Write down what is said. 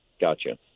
Gotcha